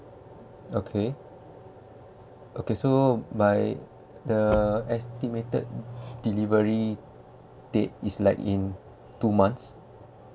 okay okay so my the estimated delivery date is like in two months